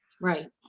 Right